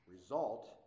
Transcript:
result